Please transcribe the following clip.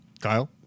Kyle